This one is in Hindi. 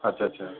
अच्छा अच्छा